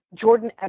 Jordan